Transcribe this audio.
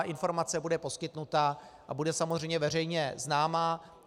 Informace bude poskytnuta a bude samozřejmě veřejně známa.